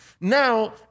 Now